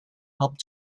help